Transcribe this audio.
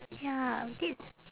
ya that's